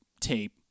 tape